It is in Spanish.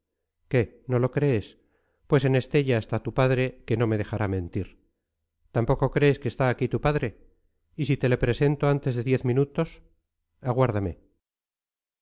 qué no lo crees pues en estella está tu padre que no me dejará mentir tampoco crees que está aquí tu padre y si te le presento antes de diez minutos aguárdame